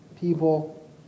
people